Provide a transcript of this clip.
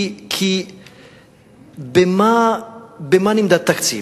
כי במה נמדד תקציב?